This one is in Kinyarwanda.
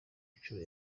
nshuro